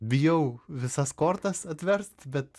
bijau visas kortas atverst bet